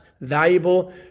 valuable